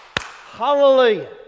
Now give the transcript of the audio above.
Hallelujah